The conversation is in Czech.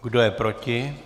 Kdo je proti?